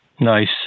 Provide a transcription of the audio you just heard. nice